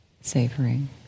savoring